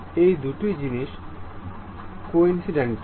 এই দুটি জিনিস কোইন্সিডেন্টাল